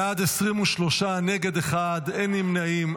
בעד, 23, נגד, אחד, אין נמנעים.